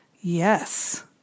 Yes